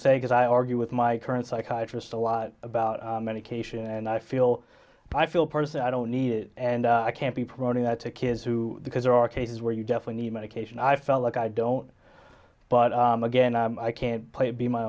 say because i argue with my current psychologist a lot about medication and i feel i feel part of it i don't need it and i can't be promoting that to kids who because there are cases where you definitely need medication i felt like i don't but again i can't play be my